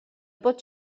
pot